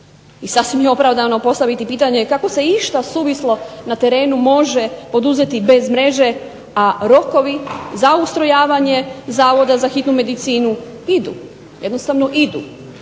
I sasvim je opravdano postaviti pitanje kako se išta suvislo na terenu može poduzeti bez mreže, a rokovi za ustrojavanje Zavoda za hitnu medicinu idu, jednostavno idu.